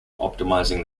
optimizing